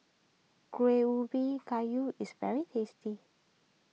Kuih Ubi Kayu is very tasty